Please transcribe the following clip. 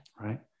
Right